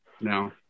No